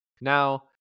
Now